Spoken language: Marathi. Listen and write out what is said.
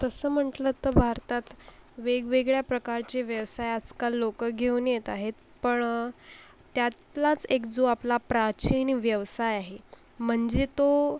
तसं म्हंटलं तर भारतात वेगवेगळ्या प्रकारचे व्यवसाय आजकाल लोक घेऊन येत आहेत पण त्यातलाच एक जो आपला प्राचीन व्यवसाय आहे म्हणजे तो